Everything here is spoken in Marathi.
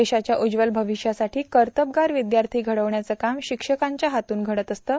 देशाच्या उज्ज्वल भविष्यासाठी कर्तबगार विद्यार्थी घडविण्याचं काम शिक्षकांच्या हातून घडतं